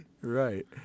Right